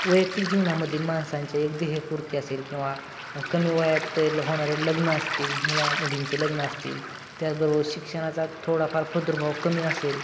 वैयक्तिक जीवनामधील माणसांचे एकध्येयपूर्ती असेल किंवा कमी वयातील होणारे लग्न असतील मुला मुलींचे लग्न असतील त्याचबरोबर शिक्षणाचा थोडाफार प्रादुर्भाव कमी असेल